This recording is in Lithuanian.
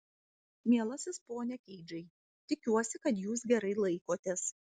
mielasis pone keidžai tikiuosi kad jūs gerai laikotės